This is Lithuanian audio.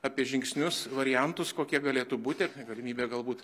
apie žingsnius variantus kokie galėtų būti galimybė galbūt